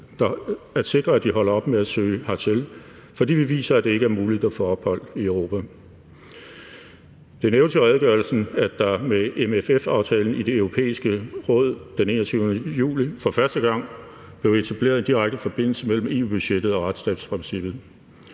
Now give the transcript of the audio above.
at sikre, at de holder op med at søge hertil, fordi vi viser, at det ikke er muligt at få ophold i Europa. Det nævnes i redegørelsen, at der med MFF-aftalen i Det Europæiske Råd den 21. juli for første gang blev etableret en direkte forbindelse mellem EU-budgettet og retsstatsprincippet.